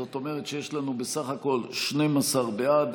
זאת אומרת שיש לנו בסך הכול 12 בעד,